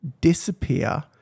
disappear